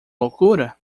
loucura